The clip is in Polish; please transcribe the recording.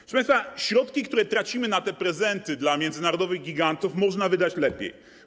Proszę państwa, środki, które tracimy na te prezenty dla międzynarodowych gigantów, można wydać lepiej.